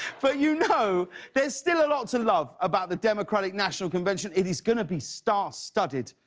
but you know there's still a lot to love about the democratic national convention. it is going to be star-studded,